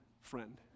friend